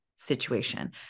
situation